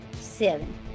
Seven